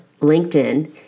LinkedIn